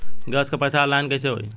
Gas क पैसा online कइसे होई?